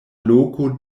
loko